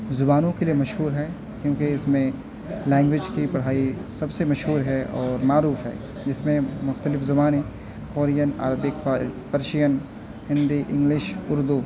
زبانوں کے لیے مشہور ہے کیونکہ اس میں لینگویج کی پڑھائی سب سے مشہور ہے اور معروف ہے جس میں مختلف زبانیں Korean Arabic Persian Hindi English Urdu